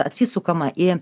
atsisukama į